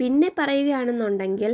പിന്നെ പറയുകയാണെന്നുണ്ടെങ്കിൽ